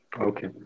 Okay